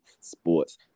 Sports